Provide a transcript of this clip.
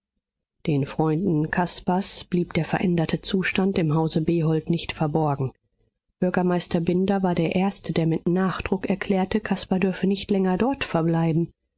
den freunden caspars blieb der veränderte zustand im hause behold nicht verborgen bürgermeister binder war der erste der mit nachdruck erklärte caspar dürfe nicht länger dort verbleiben